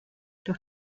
doch